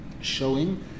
showing